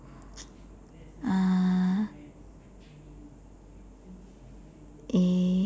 uh eh